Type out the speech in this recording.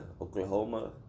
Oklahoma